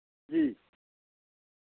जी